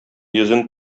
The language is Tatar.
йөзен